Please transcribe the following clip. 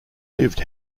lived